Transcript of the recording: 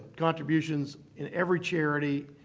contributions in every charity,